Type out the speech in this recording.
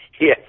yes